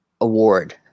award